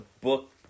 book